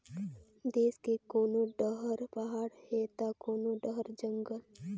देस के कोनो डहर पहाड़ हे त कोनो डहर जंगल